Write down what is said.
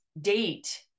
date